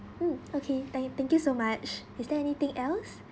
mm okay thank thank you so much is there anything else